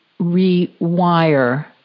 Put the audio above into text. rewire